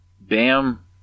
Bam